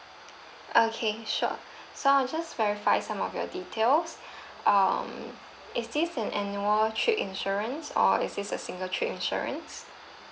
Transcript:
okay sure so I'll just verify some of your details um is this an annual trip insurance or is this a single trip insurance